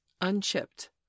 unchipped